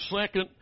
second